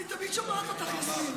אני תמיד שומעת אותך, יסמין.